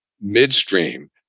midstream